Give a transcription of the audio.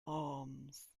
arms